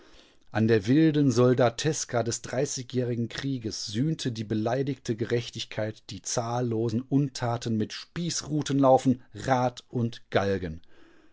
an der wilden soldateska des dreißigjährigen krieges sühnte die beleidigte gerechtigkeit die zahllosen untaten mit spießrutenlaufen rad und galgen